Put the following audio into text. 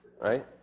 right